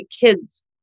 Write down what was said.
kids